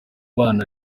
bana